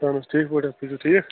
اَہَن حظ ٹھیٖک پٲٹھۍ حظ تُہۍ چھُو ٹھیٖک